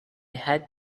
had